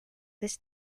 this